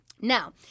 Now